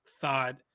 thought